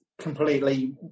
completely